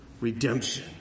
redemption